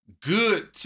good